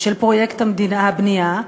של פרויקט הבנייה,